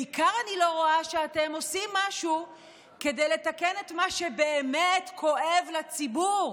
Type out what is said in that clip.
בעיקר אני לא רואה שאתם עושים משהו כדי לתקן את מה שבאמת כואב לציבור